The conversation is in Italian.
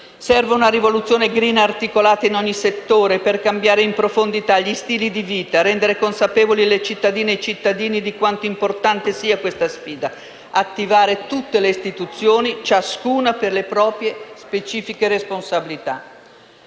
Serve una rivoluzione *green*, articolata in ogni settore, per cambiare in profondità gli stili di vita, rendere consapevoli le cittadine e i cittadini di quanto importante sia questa sfida e attivare tutte le istituzioni, ciascuna per le proprie specifiche responsabilità.